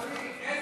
שנתיים, אדוני.